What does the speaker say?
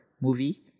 movie